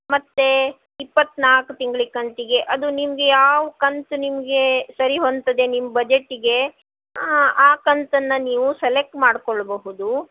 ಮತ್ತೆ ಇಪ್ಪತ್ತನಾಲ್ಕು ತಿಂಗ್ಳಿಗೆ ಕಂತಿಗೆ ಅದು ನಿಮಗೆ ಯಾವ ಕಂತು ನಿಮಗೆ ಸರಿ ಹೊಂದ್ತದೆ ನಿಮ್ಮ ಬಜೆಟ್ಟಿಗೆ ಆ ಕಂತನ್ನು ನೀವು ಸೆಲೆಕ್ಟ್ ಮಾಡಿಕೊಳ್ಬಹುದು